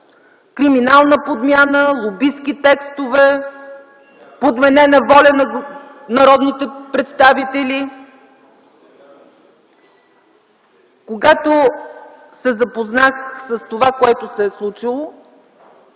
„криминална подмяна”, „лобистки текстове”, „подменена воля на народните представители”. Когато се запознах с това, което се е случило,